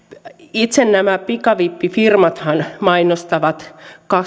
itse nämä pikavippifirmathan mainostavat